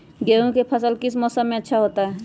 गेंहू का फसल किस मौसम में अच्छा होता है?